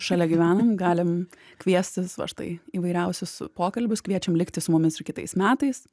šalia gyvenam galim kviestis va štai įvairiausius pokalbius kviečiam likti su mumis ir kitais metais